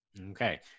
Okay